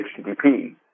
HTTP